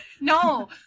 No